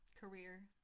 Career